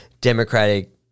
Democratic